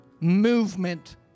movement